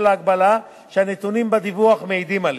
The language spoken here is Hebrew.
ההגבלה שהנתונים בדיווח מעידים עליה.